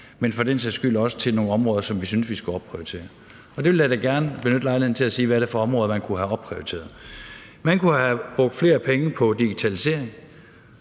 men for den sags skyld også til nogle områder, som vi synes vi skal opprioritere. Jeg vil da gerne benytte lejligheden til at sige, hvad det er for områder, man kunne have opprioriteret. Man kunne have brugt flere penge på digitalisering,